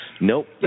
Nope